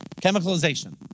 Chemicalization